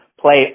play